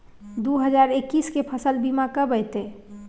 दु हजार एक्कीस के फसल बीमा कब अयतै?